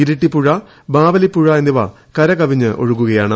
ഇരിട്ടി പുഴബാവലിപുഴ എന്നിവ കരകവിഞ്ഞൊഴുകുകയാണ്